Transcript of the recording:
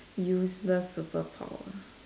useless superpower